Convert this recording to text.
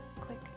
Click